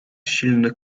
silnych